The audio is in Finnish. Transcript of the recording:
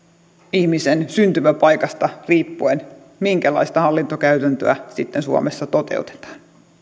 ihmisen syntymäpaikasta riippuen erilaisia käytäntöjä minkälaista hallintokäytäntöä sitten suomessa toteutetaan